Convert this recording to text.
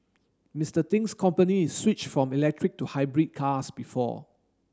Mister Ting's company switched from electric to hybrid cars before